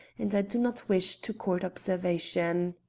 and i do not wish to court observation.